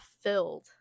filled